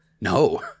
No